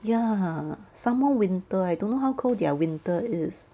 ya some more winter I don't know how cold their winter is